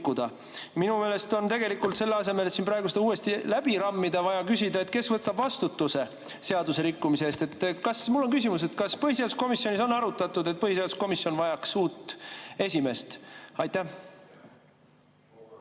Minu meelest on tegelikult selle asemel, et siin praegu seda uuesti läbi rammida, vaja küsida, kes võtab vastutuse seaduserikkumise eest. Mul on küsimus: kas põhiseaduskomisjonis on arutatud, et põhiseaduskomisjon vajaks uut esimeest? Aitäh!